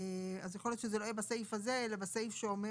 אז יכול להיות שזה לא יהיה בסעיף הזה אלא בסעיף שאומר